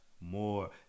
more